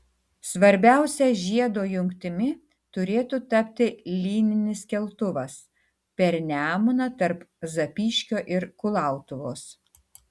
svarbiausia žiedo jungtimi turėtų tapti lyninis keltuvas per nemuną tarp zapyškio ir kulautuvos